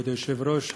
כבוד היושב-ראש,